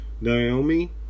Naomi